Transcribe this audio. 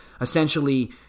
essentially